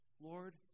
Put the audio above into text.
Lord